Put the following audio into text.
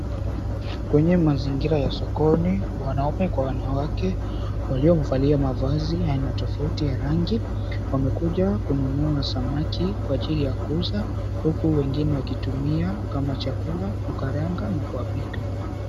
Kwenye mazingira ya sokoni wanaume kwa wanawake waliovalia mavazi ya aina tofauti ya rangi, wamekuja kununua samaki kwa ajili ya kuuza, huku wengine wakitumia kama chakula, kukaranga na kuwapika.